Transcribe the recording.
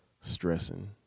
stressing